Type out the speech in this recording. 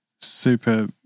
super